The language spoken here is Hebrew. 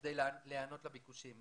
כדי להיענות לביקושים,